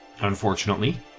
unfortunately